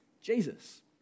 Jesus